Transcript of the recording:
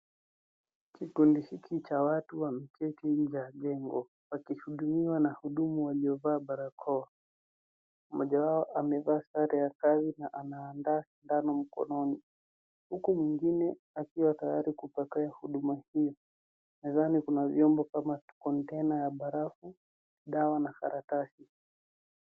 Kikundi hiki cha watu wameketi nje ya jengo, wakihudumiwa na wahudumu walivaa barakoa, mmoja wao amevaa sare ya kazi, na anaandaa sindano mkononi, huku mwingine akiwa tayari kupokea huduma hizi. Mezani kuna vyombo kama container ya barafu, dawa na karatasi.